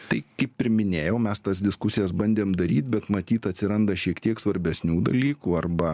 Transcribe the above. tai kaip ir minėjau mes tas diskusijas bandėm daryt bet matyt atsiranda šiek tiek svarbesnių dalykų arba